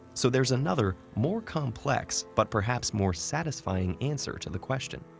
so there's another, more complex, but perhaps more satisfying answer to the question,